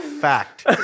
Fact